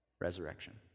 resurrection